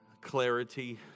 clarity